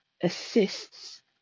assists